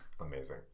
Amazing